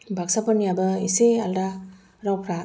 बाकसाफोरनियाबो इसे आलादा रावफोरा